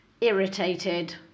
irritated